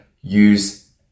use